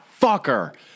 fucker